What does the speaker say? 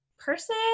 person